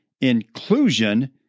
inclusion